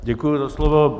Děkuji za slovo.